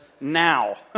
now